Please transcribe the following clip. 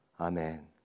Amen